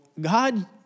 God